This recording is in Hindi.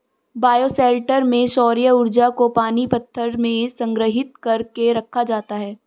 बायोशेल्टर में सौर्य ऊर्जा को पानी पत्थर में संग्रहित कर के रखा जाता है